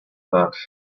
that